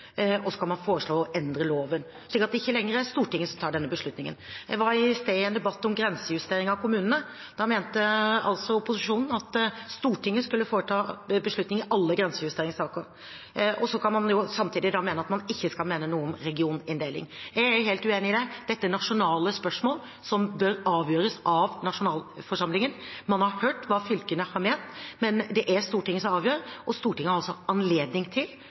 og så kan man foreslå å endre loven, slik at det ikke lenger er Stortinget som tar denne beslutningen. Jeg var i stad i en debatt om grensejustering av kommunene. Der mente opposisjonen at Stortinget skulle ta beslutningen i alle grensejusteringssaker. Så kan man samtidig mene at man ikke skal mene noe om regioninndeling. Jeg er helt uenig i det. Dette er nasjonale spørsmål som bør avgjøres av nasjonalforsamlingen. Man har hørt hva fylkene har ment, men det er Stortinget som avgjør, og Stortinget har altså anledning til